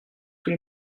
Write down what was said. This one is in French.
tous